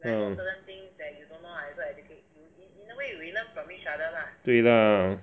ah 对 lah